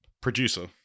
producer